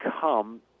come